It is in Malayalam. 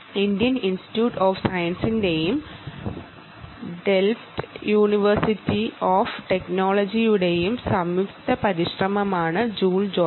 ഇന്ത്യൻ ഇൻസ്റ്റിറ്റ്യൂട്ട് ഓഫ് സയൻസിന്റെയും ഡെൽഫ്റ്റ് യൂണിവേഴ്സിറ്റി ഓഫ് ടെക്നോളജിയുടെയും സംയുക്ത പരിശ്രമമാണ് ജൂൾ ജോട്ടർ